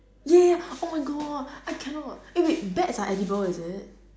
ya ya oh my god I cannot eh wait bats are edible is it